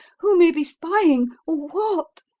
who may be spying? or what?